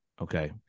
okay